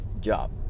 job